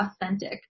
authentic